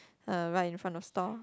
uh right in front of store